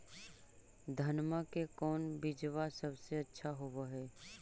धनमा के कौन बिजबा सबसे अच्छा होव है?